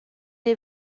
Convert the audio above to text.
est